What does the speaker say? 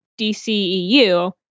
DCEU